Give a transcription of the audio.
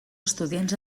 estudiants